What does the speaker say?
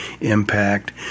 impact